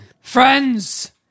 Friends